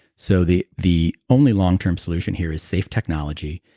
so, the the only long-term solution here is safe technology.